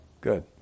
good